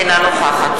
אינה נוכחת